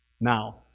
Now